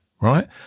right